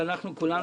וכולנו,